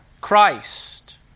Christ